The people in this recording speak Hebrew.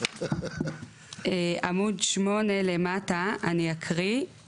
עמוד 8 למטה אני אקריא.